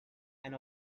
and